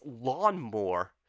lawnmower